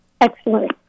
Excellent